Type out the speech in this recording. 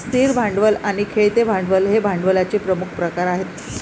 स्थिर भांडवल आणि खेळते भांडवल हे भांडवलाचे प्रमुख प्रकार आहेत